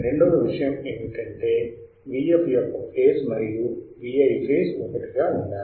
రెండవ విషయం ఏమిటంటే Vf యొక్క ఫేజ్ మరియు Vi ఫేజ్ ఒకటిగా ఉండాలి